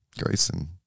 grayson